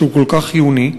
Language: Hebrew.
שהוא כל כך חיוני.